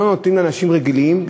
ולא נותנים לאנשים רגילים,